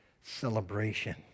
celebration